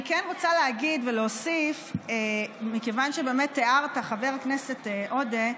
אני רוצה לדבר, מכיוון שהערת, חבר הכנסת עודה,